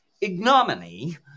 ignominy